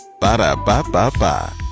Ba-da-ba-ba-ba